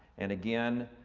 and again,